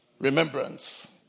remembrance